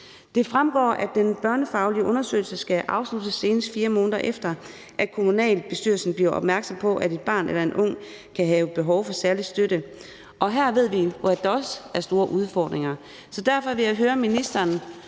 Det fremgår, at den børnefaglige undersøgelse skal afsluttes, senest 4 måneder efter kommunalbestyrelsen er blevet opmærksom på, at et barn eller en ung kan have behov for særlig støtte. Her ved vi, at der også er store udfordringer. Derfor vil jeg høre ministeren,